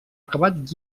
acabat